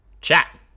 chat